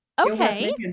okay